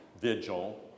vigil